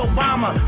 Obama